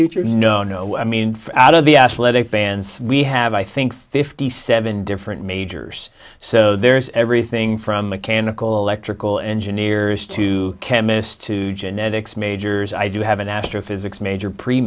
know no i mean out of the athletic bands we have i think fifty seven different majors so there's everything from mechanical electrical engineers to chemists to genetics majors i do have an astrophysics major pre